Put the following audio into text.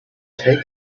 take